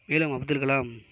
மேலும் அப்துல் கலாம்